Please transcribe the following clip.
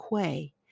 quay